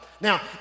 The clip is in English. Now